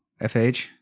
FH